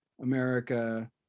America